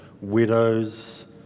widows